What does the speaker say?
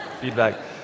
feedback